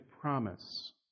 promise